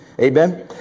Amen